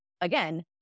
again